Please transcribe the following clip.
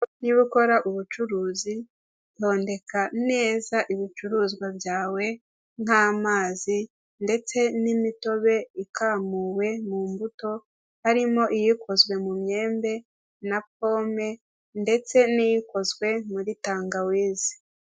Niba ukora ubucuruzi tondeka neza ibicuruzwa byawe nkamazi ndetse nimitobe ikamuwe mumbuto harimo iyikozwe mumyembe na pome ndetse nikozwe muri tangawizi.